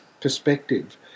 perspective